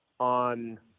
on